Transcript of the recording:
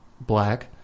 black